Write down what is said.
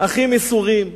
הכי מסורים,